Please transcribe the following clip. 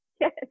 yes